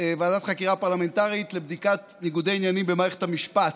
ועדת חקירה פרלמנטרית לבדיקת ניגודי עניינים במערכת המשפט.